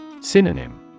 Synonym